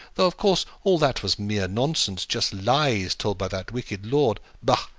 though, of course, all that was mere nonsense just lies told by that wicked lord. bah!